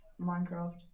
Minecraft